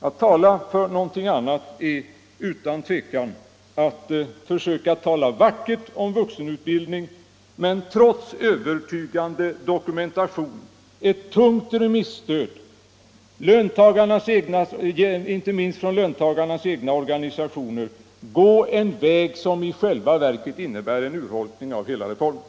Att hävda någonting annat är utan tvivel att försöka tala vackert om vuxenutbildning men att — trots en övertygande dokumentation och ett tungt remisstöd, inte minst från löntagarnas egna organisationer — förorda en väg som i själva verket innebär en urholkning av hela reformen.